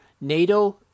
NATO